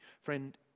Friend